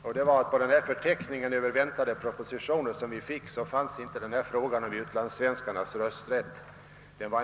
Det första är att på den förteckning över väntade propositioner som då förelåg var inte frågan om utlandssvenskarnas rösträtt upptagen.